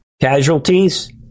casualties